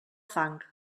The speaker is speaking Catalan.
fang